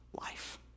life